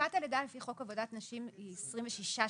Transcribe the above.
תקופת הלידה לפי חוק עבודת הנשים היא 26 שבועות.